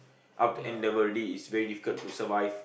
up to N-level already it's very difficult to survive